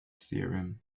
theorem